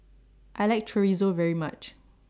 I like Chorizo very much